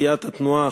מסיעת התנועה,